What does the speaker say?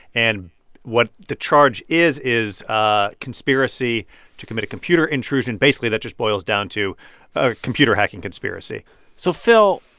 and what the charge is is ah conspiracy to commit a computer intrusion. basically, that just boils down to a computer hacking conspiracy so phil,